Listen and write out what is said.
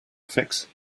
fix